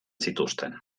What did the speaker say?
zituzten